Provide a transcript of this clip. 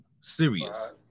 Serious